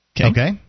Okay